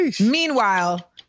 Meanwhile